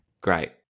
Great